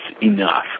enough